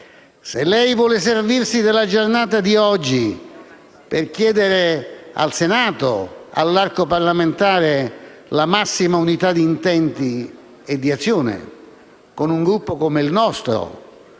Se lei vuole servirsi della giornata di oggi per chiedere al Senato e all'arco parlamentare la massima unità di intenti e di azione, con un Gruppo come il nostro,